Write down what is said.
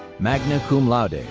magna cum laude.